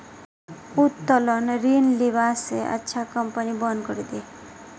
उत्तोलन ऋण लीबा स अच्छा कंपनी बंद करे दे